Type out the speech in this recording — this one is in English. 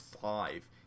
five